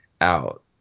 out